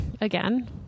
again